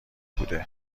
بوده